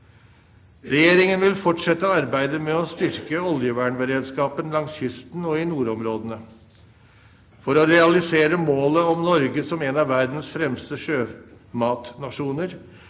Regjeringen vil fortsette arbeidet med å styrke oljevernberedskapen langs kysten og i nordområdene. For å realisere målet om Norge som en av verdens fremste sjømatnasjoner